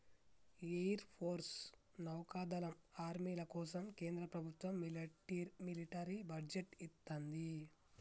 air force, నౌకాదళం, ఆర్మీల కోసం కేంద్ర ప్రభత్వం మిలిటరీ బడ్జెట్ ఇత్తంది